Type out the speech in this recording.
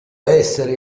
essere